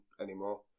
anymore